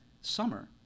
Summer